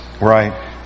Right